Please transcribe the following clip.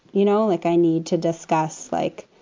you know, like i need to discuss like.